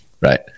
Right